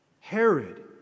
Herod